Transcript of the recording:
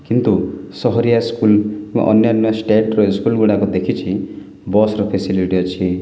କିନ୍ତୁ ସହରିଆ ସ୍କୁଲ୍ ବା ଅନ୍ୟାନ୍ୟ ଷ୍ଟେଟ୍ର ସ୍କୁଲ୍ଗୁଡ଼ାକ ଦେଖିଛି ବସ୍ର ଫେସିଲିଟି ଅଛି